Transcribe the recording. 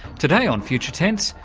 today on future tense,